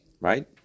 right